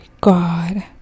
God